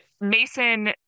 Mason